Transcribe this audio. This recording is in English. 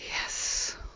Yes